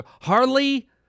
Harley